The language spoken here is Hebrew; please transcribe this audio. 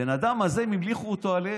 הבן אדם הזה, הם המליכו אותו עליהם.